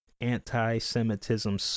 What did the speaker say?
anti-Semitism